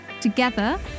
together